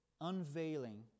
unveiling